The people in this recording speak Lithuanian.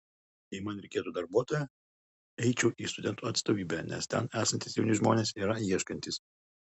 jei man reikėtų darbuotojo eičiau į studentų atstovybę nes ten esantys jauni žmonės yra ieškantys